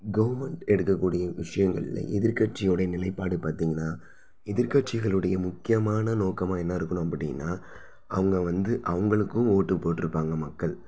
government எடுக்கக்கூடிய விஷயங்களில் எதிர்க்கட்சியோடய நிலைப்பாடு பார்த்தீங்கன்னா எதிர்க்கட்சிகளோடைய முக்கியமான நோக்கமாக என்ன இருக்கணும் அப்படின்னா அவங்க வந்து அவங்களுக்கும் ஓட்டு போட்டிருப்பாங்க மக்கள்